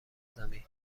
زمین